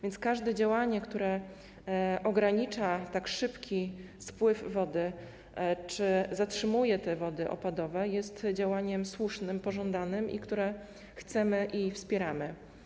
Więc każde działanie, które ogranicza tak szybki spływ wody czy zatrzymuje te wody opadowe, jest działaniem słusznym, pożądanym, którego chcemy i które wspieramy.